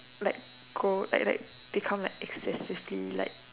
like go like like become like excessively like